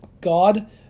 God